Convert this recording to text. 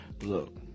look